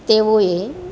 તેઓએ